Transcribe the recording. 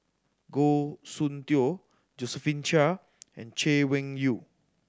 Goh Soon Tioe Josephine Chia and Chay Weng Yew